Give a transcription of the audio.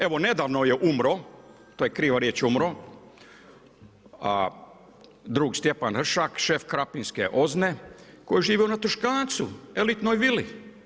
Evo nedavno je umro, to je kriva riječ umro, a drug Stjepan Hršak šef krapinske OZNA-e koji je živio na Tuškancu, elitnoj vili.